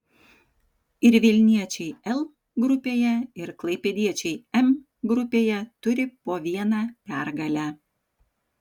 ir vilniečiai l grupėje ir klaipėdiečiai m grupėje turi po vieną pergalę